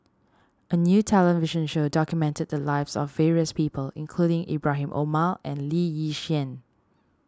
a new television show documented the lives of various people including Ibrahim Omar and Lee Yi Shyan